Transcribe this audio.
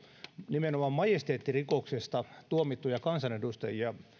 nimenomaan majesteettirikoksesta tuomittuja kansanedustajia